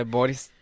Boris